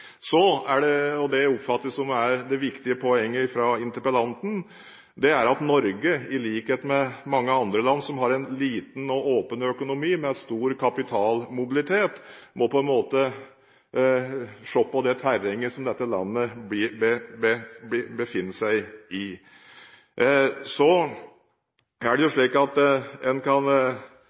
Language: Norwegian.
Det jeg oppfatter er det viktige poenget fra interpellanten, er at Norge – i likhet med mange andre land som har en liten og åpen økonomi med stor kapitalmobilitet – må se på det terrenget som dette landet befinner seg i. En kan dra fram mange grunner til at en har en selskapsskatt, men jeg skal la det ligge akkurat nå. Det er ingen tvil om at